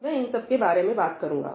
मैं इन सब के बारे में बात करूंगा